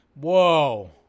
Whoa